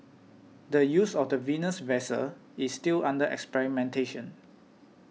the use of the Venus vessel is still under experimentation